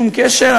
שום קשר.